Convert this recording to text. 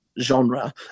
genre